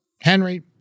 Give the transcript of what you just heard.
Henry